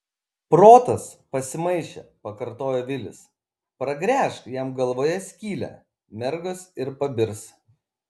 protas pasimaišė pakartojo vilis pragręžk jam galvoje skylę mergos ir pabirs